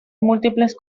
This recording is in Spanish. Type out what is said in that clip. múltiples